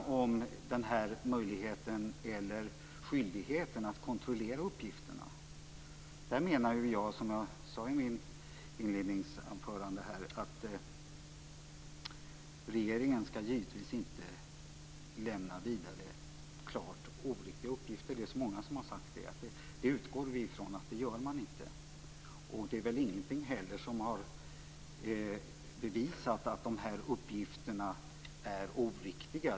Vad gäller möjligheten eller skyldigheten att kontrollera uppgifterna menar jag, som jag sade i mitt inledningsanförande, att regeringen givetvis inte skall lämna vidare klart oriktiga uppgifter. Det är så många som har sagt det. Vi utgår ifrån att man inte gör det. Ingenting har väl heller bevisat att dessa uppgifter är oriktiga.